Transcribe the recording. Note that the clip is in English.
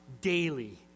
daily